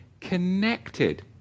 connected